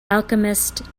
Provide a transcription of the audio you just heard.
alchemist